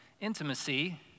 intimacy